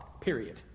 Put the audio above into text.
period